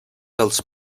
als